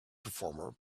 performer